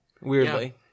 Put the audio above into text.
weirdly